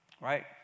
right